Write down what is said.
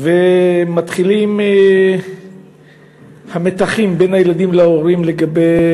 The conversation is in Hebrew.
ומתחילים המתחים בין הילדים להורים לגבי